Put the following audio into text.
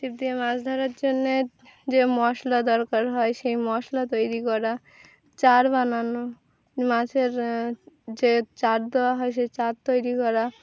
ছিপ দিয়ে মাছ ধরার জন্যে যে মশলা দরকার হয় সেই মশলা তৈরি করা চার বানানো মাছের যে চার দেওয়া হয় সে চার তৈরি করা